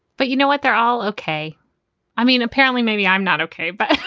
but you know what? they're all ok i mean, apparently maybe i'm not ok, but